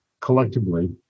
collectively